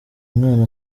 mwana